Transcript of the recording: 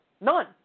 None